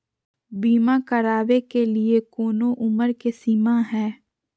बीमा करावे के लिए कोनो उमर के सीमा है?